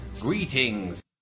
Greetings